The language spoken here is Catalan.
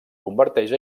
converteix